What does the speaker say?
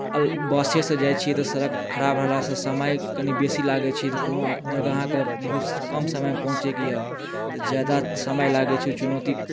बसेसँ जाइत छियै तऽ सड़क खराब रहलासँ समय कनि बेसी लागैत छै कोनो जगह अहाँकेँ बहुत कम समयमे पहुँचैके यए तऽ ज्यादा समय लागैत छै चुनौती